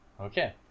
Okay